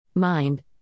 mind